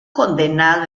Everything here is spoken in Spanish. condenado